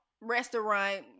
restaurant